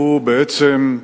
שהוא בעצם,